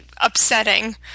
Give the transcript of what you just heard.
upsetting